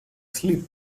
sleep